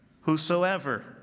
Whosoever